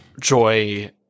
joy